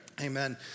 Amen